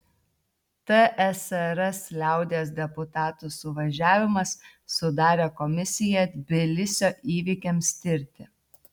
tsrs liaudies deputatų suvažiavimas sudarė komisiją tbilisio įvykiams tirti